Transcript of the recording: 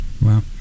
Wow